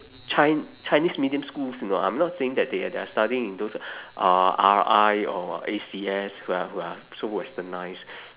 chi~ chinese medium schools you know I'm not saying that they are they are studying in those uh R_I or A_C_S who are who are so westernised